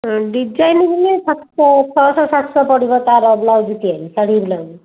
ହଁ ଡିଜାଇନ୍ ହେଲେ ସାତଶହ ଛଅଶହ ସାତଶହ ପଡ଼ିବ ତା'ର ବ୍ଲାଉଜ୍ ତିଆରି ଶାଢ଼ୀ ବ୍ଲାଉଜ୍